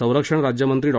संरक्षण राज्यमंत्री डॉ